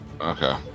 Okay